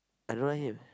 I don't like him